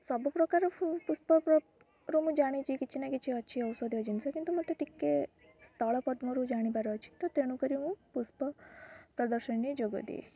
ସବୁ ପ୍ରକାର ପୁଷ୍ପ ମୁଁ ଜାଣିଛି କିଛି ନା କିଛି ଅଛି ଔଷଧୀୟ ଜିନିଷ କିନ୍ତୁ ମୋତେ ଟିକେ ସ୍ଥଳପଦ୍ମରୁ ଜାଣିବାର ଅଛି ତ ତେଣୁ କରି ମୁଁ ପୁଷ୍ପ ପ୍ରଦର୍ଶନୀରେ ଯୋଗ ଦିଏ